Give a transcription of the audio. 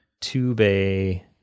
two-bay